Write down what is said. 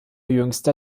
jüngste